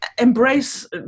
embrace